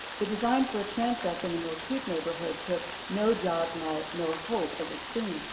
the design for a transect in the mill creek neighborhood took no jobs, no no hope, as its theme.